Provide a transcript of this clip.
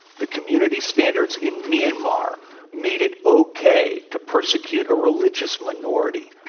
the community standards in myanmar made it okay to persecute a religious minority.